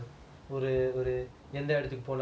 ஒரு ஒரு எந்த இடத்துக்கு போனாலுமே:oru oru endha idathuku ponalumae